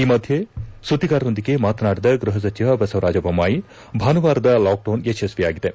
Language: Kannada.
ಈ ಮಧೆ ಸುದ್ಗಿಗಾರರೊಂದಿಗೆ ಮಾತನಾಡಿದ ಗೃಹ ಸಚಿವ ಬಸವರಾಜ ಬೊಮ್ಮಾಯಿ ಭಾನುವಾರದ ಲಾಕ್ಡೌನ್ ಯಶಸ್ವಿಯಾಗಿದೆ